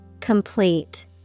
Complete